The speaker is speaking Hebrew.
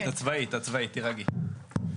תירגעי,